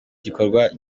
gikorwa